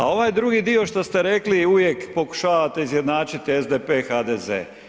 A ovaj drugi dio što ste rekli uvijek pokušavate izjednačiti SDP, HDZ.